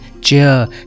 cheer